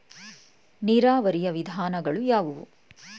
ನೀರಾವರಿಯ ವಿಧಾನಗಳು ಯಾವುವು?